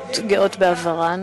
מדינות גאות בעברן,